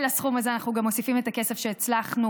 לסכום הזה אנחנו מוסיפים גם את הכסף שהצלחנו,